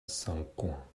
sancoins